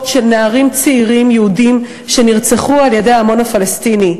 של נערים צעירים יהודים שנרצחו על-ידי המון פלסטיני.